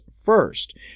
first